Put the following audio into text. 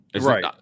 right